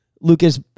Lucas